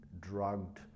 drugged